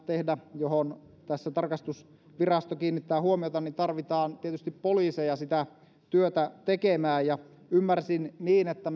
tehdä johon tässä tarkastusvirasto kiinnittää huomiota niin tarvitaan tietysti poliiseja sitä työtä tekemään ymmärsin niin että